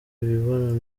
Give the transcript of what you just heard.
imibonano